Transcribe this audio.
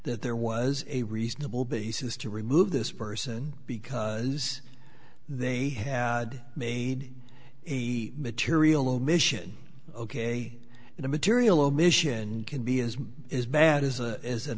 that there was a reasonable basis to remove this person because they had made a material omission ok in a material omission can be as bad as a as an